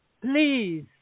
Please